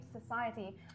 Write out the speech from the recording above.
Society